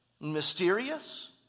mysterious